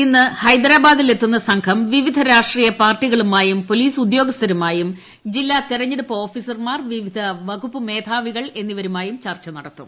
ഇന്ന് ഹൈദരാബാദിലെത്തുന്ന സംഘം വിവിധ് രാഷ്ട്രീയ പാർട്ടികളുമായും പോലീസ് ഉദ്യോഗസ്ഥരുമായും ജില്ലാ തെരഞ്ഞെടുപ്പ് ഓഫീസർമാർ വിവിധ വകുപ്പ് മേധാവികൾ എന്നിവരുമായും ചർച്ച നടത്തും